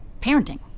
parenting